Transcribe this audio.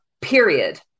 period